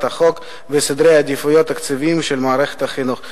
החוק וסדרי העדיפויות התקציביים של מערכת החינוך.